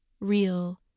real